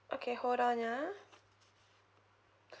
okay hold on ya